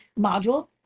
module